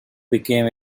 became